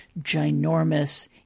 ginormous